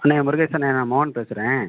அண்ணா முருகேசன் அண்ணா நான் மோகன் பேசுகிறேன்